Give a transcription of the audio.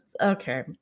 okay